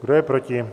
Kdo je proti?